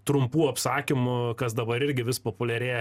trumpų apsakymu kas dabar irgi vis populiarėja